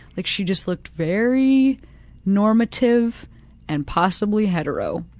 like she just looked very normative and possibly hetero.